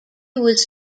was